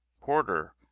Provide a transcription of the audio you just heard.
Porter